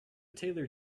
taylor